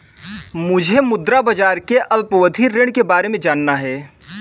मुझे मुद्रा बाजार के अल्पावधि ऋण के बारे में जानना है